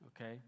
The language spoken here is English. Okay